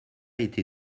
été